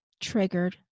triggered